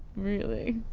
really.